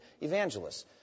evangelists